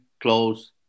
close